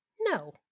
No